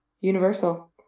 universal